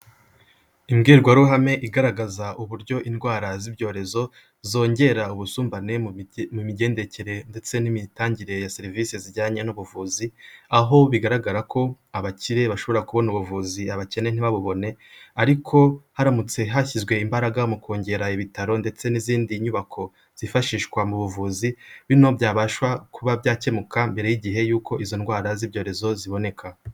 Imbwirwaruhame igaragaza uburyo indwara z'ibyorezo zongera ubusumbane mu migendekere ndetse n'imitangire ya serivisi zijyanye n'ubuvuzi, aho bigaragara ko abakire bashobora kubona ubuvuzi abakene ntibabubone ariko haramutse hashyizwe imbaraga mu kongera ibitaro ndetse n'izindi nyubako zifashishwa mu buvuzi, bino byabasha kuba byakemuka mbere y'igihe y'uko izo ndwara z'ibyorezo ziboneka.